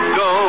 go